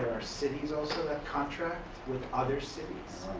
cities also that contract with other cities,